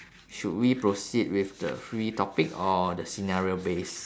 should we proceed with the free topic or the scenario based